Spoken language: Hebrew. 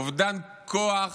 אובדן כוח,